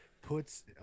puts